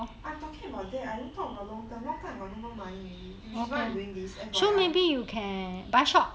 I'm talking about that I don't talk about long term long term I got no more money already which is why I'm doing this F_Y_I